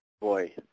boy